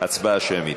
הצבעה שמית.